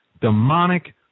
demonic